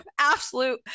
absolute